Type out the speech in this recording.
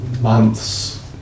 months